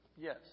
Yes